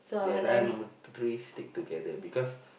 yes I and number three stick together because